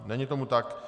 Není tomu tak.